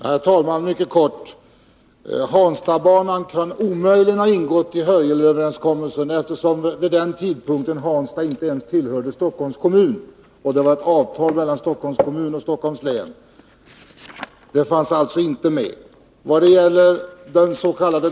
Herr talman! Hanstabanan kan omöjligen ha ingått i Hörjelöverenskommelsen, eftersom Hansta vid den tidpunkten inte ens tillhörde Stockholms kommun, och det var ju ett avtal mellan Stockholms kommun och Stockholms län. I vad gäller dens.k.